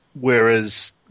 Whereas